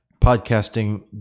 podcasting